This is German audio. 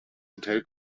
hotel